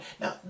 Now